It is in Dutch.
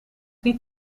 niet